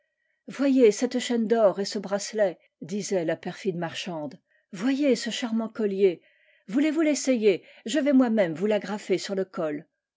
voyez cette chaîne d'or et ce bracelet disait la perfide marchande voyez ce charmant collier voulezvous l'essayer je vais moi-même vous l'agrafer sur le col